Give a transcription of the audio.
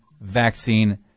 vaccine